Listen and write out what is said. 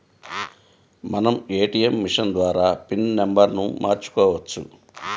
మనం ATM machine ద్వారా PIN నెంబర్ను మార్చుకోవచ్చు